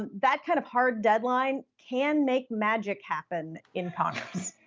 that kind of hard deadline can make magic happen in congress.